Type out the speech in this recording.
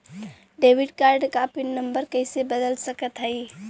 Debit card क pin number कइसे बदल सकत हई?